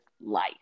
life